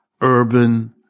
urban